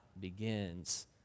begins